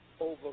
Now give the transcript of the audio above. Over